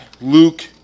Luke